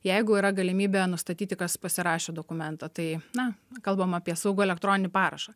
jeigu yra galimybė nustatyti kas pasirašė dokumentą tai na kalbam apie saugų elektroninį parašą